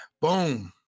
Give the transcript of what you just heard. Boom